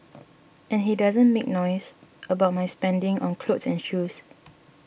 and he doesn't make noise about my spending on clothes and shoes